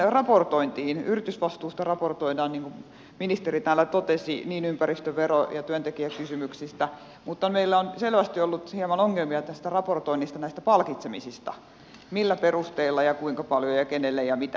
yritysvastuusta raportoidaan niin kuin ministeri täällä totesi niin ympäristövero kuin työntekijäkysymyksistä mutta meillä on selvästi ollut hieman ongelmia raportoinnissa näistä palkitsemisista millä perusteilla ja kuinka paljon ja kenelle ja mitä